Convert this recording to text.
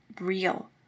real